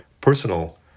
personal